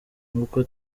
nk’uko